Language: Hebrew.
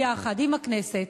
ביחד עם הכנסת,